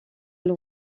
elle